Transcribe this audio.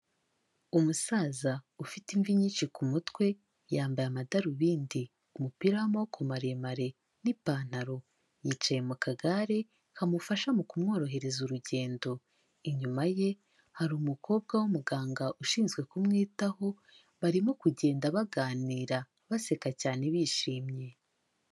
Umusaza ufite imvi nyinshi ku mutwe, yambaye amadarubindi, umupira w'amaboko maremare n'ipantaro, yicaye mu kagare kamufasha mu kumworohereza urugendo, inyuma ye hari umukobwa w'umuganga ushinzwe kumwitaho, barimo kugenda baganira, baseka cyane bishimye.